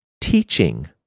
teaching